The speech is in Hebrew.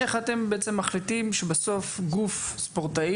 אם אתם מחליטים שאתם רוצים להכיר בגוף ספורטאי,